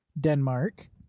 Denmark